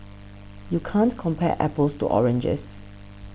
you can't compare apples to oranges